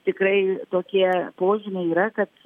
tikrai tokie požymiai yra kad